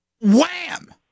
Wham